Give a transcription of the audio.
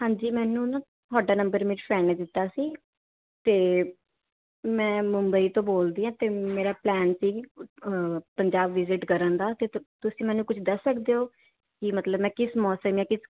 ਹਾਂਜੀ ਮੈਨੂੰ ਨਾ ਤੁਹਾਡਾ ਨੰਬਰ ਮੇਰੀ ਫਰੈਡ ਨੇ ਦਿੱਤਾ ਸੀ ਅਤੇ ਮੈਂ ਮੁੰਬਈ ਤੋਂ ਬੋਲਦੀ ਹਾਂ ਹਾਂਤੇ ਮੇਰਾ ਪਲੈਨ ਸੀ ਪੰਜਾਬ ਵਿਜਿਟ ਕਰਨ ਦਾ ਅਤੇ ਤੁ ਤੁਸੀਂ ਮੈਨੂੰ ਕੁਝ ਦੱਸ ਸਕਦੇ ਹੋ ਕਿ ਮਤਲਬ ਮੈਂ ਕਿਸ ਮੌਸਮ ਜਾਂ ਕਿਸ